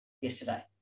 yesterday